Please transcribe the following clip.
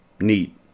Neat